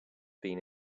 been